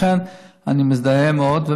ולכן אני מזדהה מאוד.